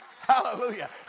Hallelujah